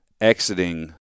exiting